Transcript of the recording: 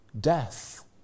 death